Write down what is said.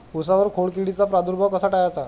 उसावर खोडकिडीचा प्रादुर्भाव कसा टाळायचा?